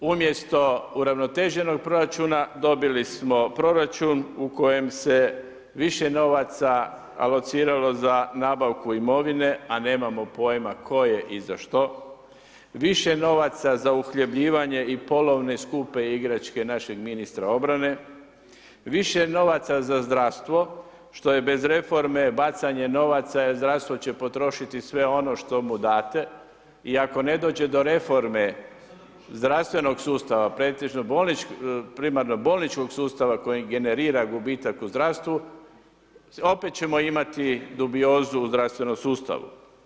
Umjesto uravnoteženog proračuna, dobili smo proračun u kojem se više novaca alociralo za nabavku imovine, a nemamo pojma koje i za što, više novaca za uhljebljivanje i polovne skupe igračke našeg ministra obrane, više novaca za zdravstvo, što je bez reforme bacanje novaca, jer zdravstvo će potrošiti sve ono što mu date, i ako ne dođe do reforme zdravstvenog sustava, pretežno primarno bolničkog sustava koji generira gubitak u zdravstvu, opet ćemo imati dubiozu u zdravstvenom sustavu.